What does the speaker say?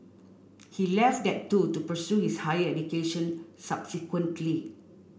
he left that too to pursue his higher education subsequently